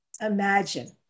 Imagine